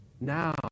Now